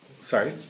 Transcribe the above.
Sorry